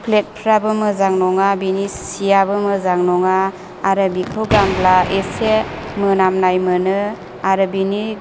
फ्लेटफ्राबो मोजां नङा बिनि सियाबो मोजां नङा आरो बिखौ गानब्ला एसे मोनामनाय मोनो आरो बिनि